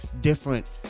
different